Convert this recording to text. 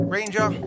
Ranger